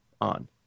on